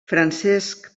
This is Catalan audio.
francesc